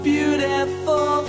beautiful